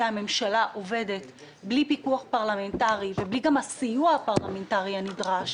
הממשלה עובדת בלי פיקוח פרלמנטרי ובלי הסיוע הפרלמנטרי הנדרש,